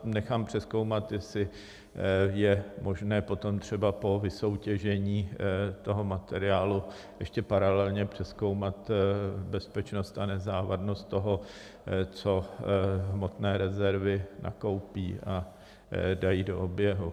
Nechám přezkoumat, jestli je možné potom třeba po vysoutěžení toho materiálu ještě paralelně přezkoumat bezpečnost a nezávadnost toho, co hmotné rezervy nakoupí a dají do oběhu.